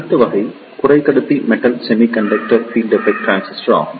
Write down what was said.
அடுத்த வகை குறைக்கடத்தி metal semiconductor field effect transistor ஆகும்